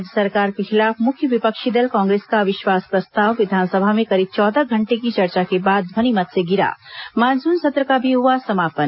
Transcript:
राज्य सरकार के खिलाफ मुख्य विपक्षी दल कांग्रेस का अविश्वास प्रस्ताव विधानसभा में करीब चौदह घंटे की चर्चा के बाद ध्वनिमत से गिरा मानसून सत्र का भी हुआ समापन